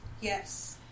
Yes